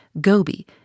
Gobi